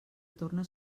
torna